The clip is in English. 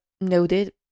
noted